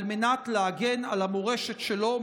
על מנת להגן על המורשת שלו,